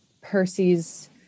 Percy's